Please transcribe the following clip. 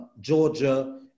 Georgia